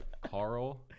Carl